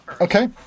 Okay